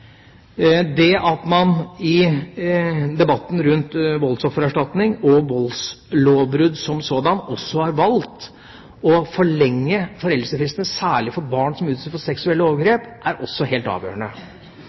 Det at man i debatten rundt voldsoffererstatning og voldslovbrudd som sådanne også har valgt å forlenge foreldelsesfristene særlig for barn som utsettes for seksuelle